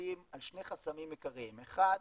מסתכלים על שני חסמים עיקריים, האחד,